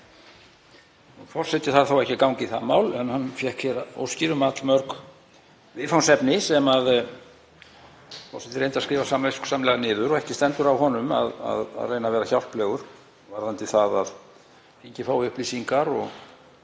Forseti þarf þá ekki að ganga í það mál en hann fékk hér óskir um allmörg viðfangsefni sem forseti reyndi að skrifa samviskusamlega niður. Ekki stendur á honum að reyna að vera hjálplegur varðandi það að þingið fái upplýsingar og